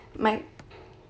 might